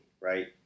right